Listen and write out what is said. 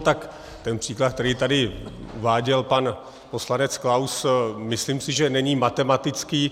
Tak ten příklad, který tady uváděl pan poslanec Klaus, myslím si, není matematický.